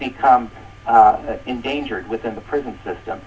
become endangered within the prison system